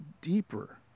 deeper